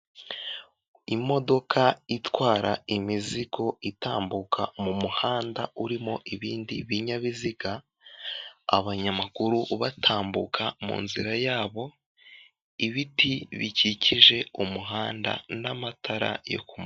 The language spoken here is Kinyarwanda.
Imodoka itwara imizigo itambuka mu muhanda urimo ibindi binyabiziga, abanyamaguru batambuka mu nzira yabo, ibiti bikikije umuhanda n'amatara yo ku muhanda.